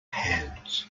hands